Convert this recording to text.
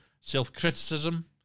self-criticism